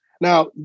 Now